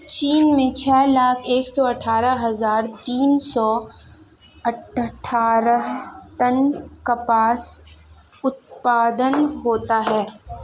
चीन में छह लाख एक सौ अठत्तर हजार तीन सौ अट्ठारह टन कपास उत्पादन होता है